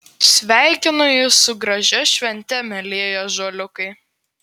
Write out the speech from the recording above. sveikinu jus su gražia švente mielieji ąžuoliukai